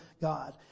God